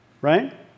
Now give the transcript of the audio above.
right